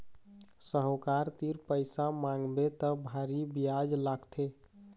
साहूकार तीर पइसा मांगबे त भारी बियाज लागथे